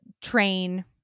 train